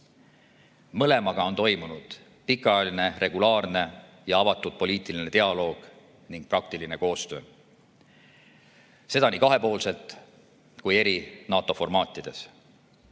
Mõlemaga on toimunud pikaajaline, regulaarne ja avatud poliitiline dialoog ning praktiline koostöö, seda nii kahepoolselt kui ka NATO eri formaatides.